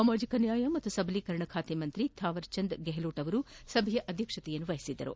ಸಾಮಾಜಿಕ ನ್ನಾಯ ಮತ್ತು ಸಬಲೀಕರಣ ಖಾತೆ ಸಚಿವ ತಾವರ್ ಚಂದ್ ಗೆಲೋಟ್ ಅವರು ಸಭೆಯ ಅಧ್ಯಕ್ಷತೆ ವಹಿಸಿದ್ದರು